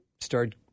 start